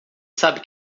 sabe